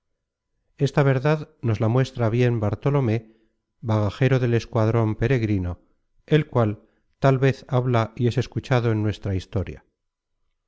esta verdad nos la muestra bien bartolomé bagajero del escuadron peregrino el cual tal vez habla y es escuchado en nuestra historia